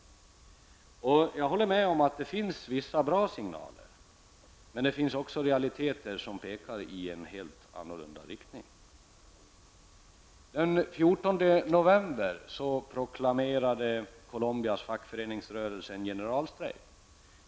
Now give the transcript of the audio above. Jag kan hålla med om att det finns en del bra signaler, men det finns också realiteter som pekar i en helt annan riktning. Den 14 november proklamerade Colombias fackföreningsrörelse en generalstrejk.